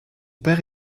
père